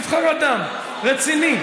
נבחר אדם רציני,